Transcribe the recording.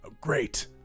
Great